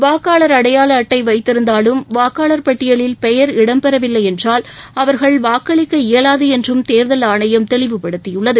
வாக்காளர் அடையாள அட்டை வைத்திருந்தாலும் வாக்காளர் பட்டியலில் பெயர் இடம்பெறவில்லை என்றால் அவர்கள் வாக்களிக்க இயலாது என்றும் தேர்தல் ஆணையம் தெளிவுப்படுத்தியுள்ளது